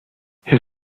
his